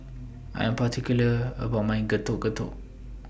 I Am particular about My Getuk Getuk